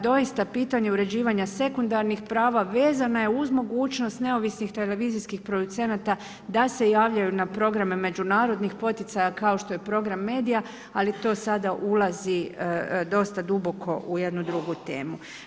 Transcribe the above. Doista, pitanje uređivanja sekundarnih prava vezana je uz mogućnost neovisnih televizijskih producenata da se javljaju na programe međunarodnih poticaja, kao što je program medija, ali to sada ulazi dosta duboko u jednu drugu temu.